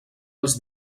els